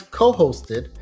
co-hosted